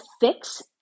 fix